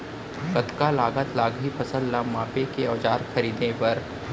कतका लागत लागही फसल ला मापे के औज़ार खरीदे बर?